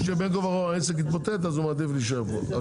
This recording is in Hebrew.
הוא אומר שבין כה וכה העסק יתמוטט אז הוא מעדיף להישאר פה.